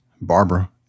Barbara